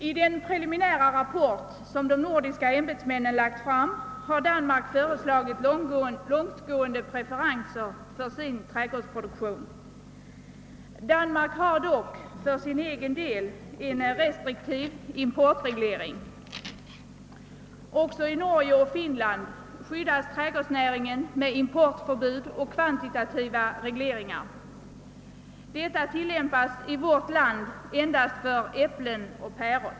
I den preliminära rapport som de nordiska ämbetsmännen lagt fram har Danmark föreslagit långtgående preferenser för sin trädgårdsproduktion. Danmark har dock för sin egen del en restriktiv importreglering. Också i Norge och Finland skyddas trädgårdsnäringen med importförbud och kvantitativa regleringar. Detta tillämpas i vårt land endast för äpplen och päron.